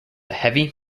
heavy